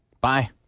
Bye